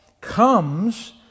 comes